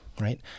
right